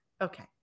Okay